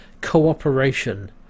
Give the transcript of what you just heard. cooperation